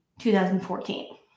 2014